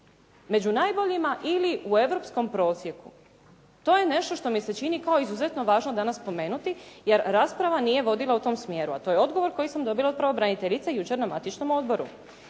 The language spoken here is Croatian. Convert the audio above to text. Među najboljima ili u europskom prosjeku. To je nešto što mi se čini kao izuzetno važno danas spomenuti jer rasprava nije vodila u tom smjeru, a to je odgovor koji sam dobila od pravobraniteljice jučer na matičnom odboru.